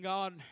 God